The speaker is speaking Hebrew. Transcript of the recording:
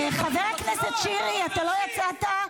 --- חבר הכנסת שירי, אתה לא יצאת.